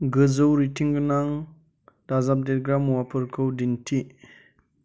गोजौ रेटिं गोनां दाजाबदेरग्रा मुवाफोरखौ दिन्थि